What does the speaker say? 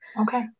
Okay